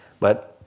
but,